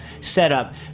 setup